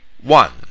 One